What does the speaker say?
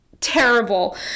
terrible